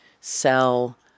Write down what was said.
sell